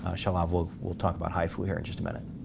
ah shalhav, we'll we'll talk about hifu here in just a minute.